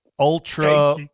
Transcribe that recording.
Ultra